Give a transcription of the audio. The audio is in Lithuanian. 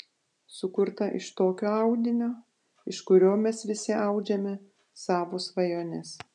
sukurta iš tokio audinio iš kurio mes visi audžiame savo svajones